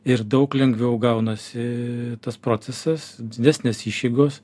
ir daug lengviau gaunasi tas procesas didesnės išeigos